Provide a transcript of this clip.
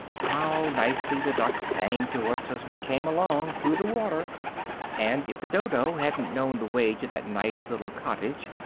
how nicely the duck sang to us as we came along through the water and if the dodo hadn't known the way to that nice little cottage,